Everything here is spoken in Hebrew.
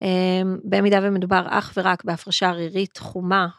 במידה ומדובר אך ורק בהפרשה רירית חומה.